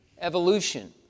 evolution